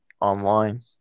online